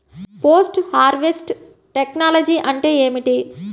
Post harvest technology అంటే ఏమిటి?